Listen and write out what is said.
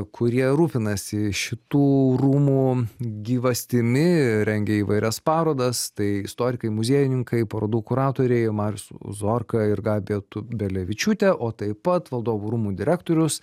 kurie rūpinasi šitų rūmų gyvastimi rengia įvairias parodas tai istorikai muziejininkai parodų kuratoriai marius uzorka ir gabija tubelevičiūtė o taip pat valdovų rūmų direktorius